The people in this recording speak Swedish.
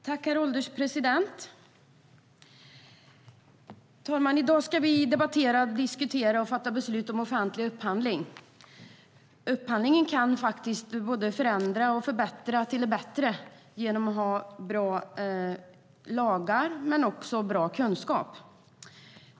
Herr ålderspresident! I dag ska vi debattera, diskutera och fatta beslut om offentlig upphandling. Upphandlingen kan både förändra och förbättra om man har bra lagar och bra kunskap.